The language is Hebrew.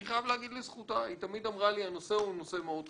אני חייב לומר לזכותה שתמיד היא אמרה לי שהנושא הוא נושא מאוד חשוב,